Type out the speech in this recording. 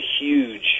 huge